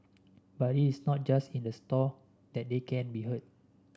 but is not just in the store that they can be heard